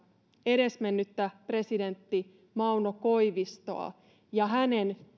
edesmennyttä presidenttiä mauno koivistoa ja hänen